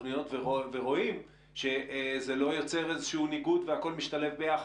התוכניות ורואים שזה לא יוצא איזשהו ניגוד והכל משתלב ביחד?